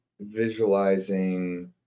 visualizing